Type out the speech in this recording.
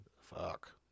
fuck